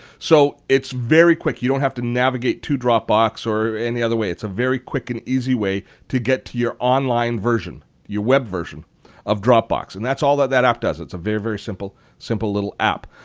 so it's very quick. you don't have to navigate to dropbox or any other way. it's a very quick and easy way to get to your online version, your web version of dropbox. and that's all that that app does. it's very, very simple simple little app.